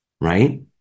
right